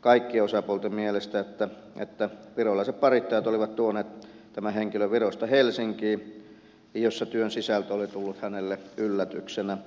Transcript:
kaikkien osapuolten mielestä siitä että virolaiset parittajat olivat tuoneet tämän henkilön virosta helsinkiin jossa työn sisältö oli tullut hänelle yllätyksenä